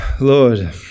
lord